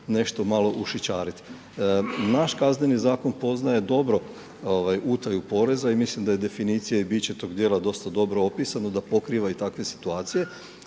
nešto malo ušićariti. Naš Kazneni zakon poznaje dobro utaju poreza i mislim da je definicija i bit će tog dijela dosta dobro opisano, da pokriva i takve situacije.